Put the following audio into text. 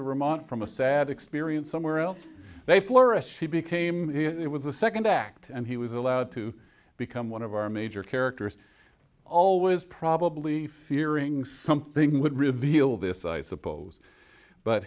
to remote from a sad experience somewhere else they flourish she became it was a second act and he was allowed to become one of our major characters always probably fearing something would reveal this i suppose but